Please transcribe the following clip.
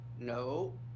No